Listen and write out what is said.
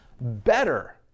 better